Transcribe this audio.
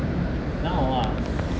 now ah